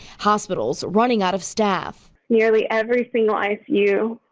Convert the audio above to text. hospitals running out of staff. nearly everything like you.